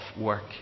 work